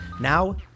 Now